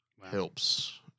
helps